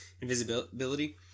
Invisibility